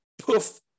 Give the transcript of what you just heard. poof